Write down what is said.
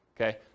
Okay